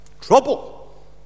trouble